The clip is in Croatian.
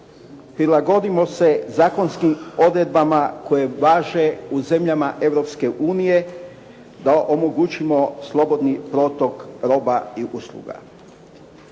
prilagodimo se zakonskim odredbama koje važe u zemljama Europske unije da omogućimo slobodni protok roba i usluga